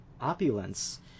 opulence